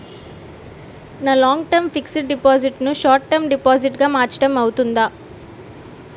నా long term fixed deposit ను short term deposit గా మార్చటం అవ్తుందా?